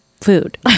food